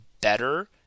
better